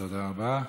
תודה רבה.